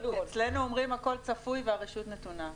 אצלנו אומרים: הכול צפוי והרשות נתונה.